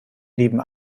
neben